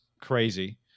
crazy